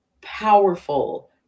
powerful